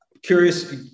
Curious